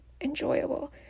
enjoyable